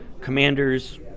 Commanders